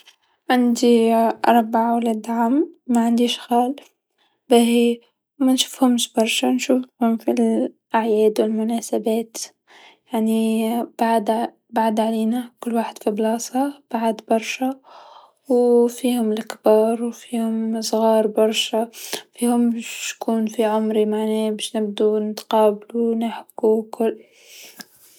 عندي ربعا ولاد عم، معنديش خال، باهي منشوفهومش برشا، نشوفهم في الأعياد و المناسبات يعني بعا-بعاد علينا كل واحد في بلاصه بعاد برشاوو فيهم لكبار و فيهم لصغار برشا، فيهم شكون في عمري معناه باش نبدو نتقابلو و نحكو كل.